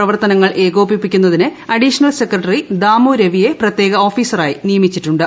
പ്രവർത്തനങ്ങൾ ഏകോപിപ്പിക്കുന്നതിന് additional secretary Damu രവിയ്കെ പ്രത്യേക ഓഫീസറായി നിയമിച്ചിട്ടുള്ളത്